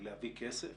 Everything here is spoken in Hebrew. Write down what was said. להביא כסף